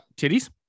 Titties